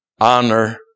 honor